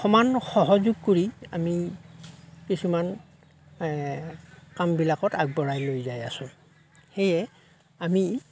সমান সহযোগ কৰি আমি কিছুমান কামবিলাকত আগবঢ়াই লৈ যায় আছো সেয়ে আমি